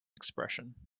expression